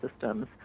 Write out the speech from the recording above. systems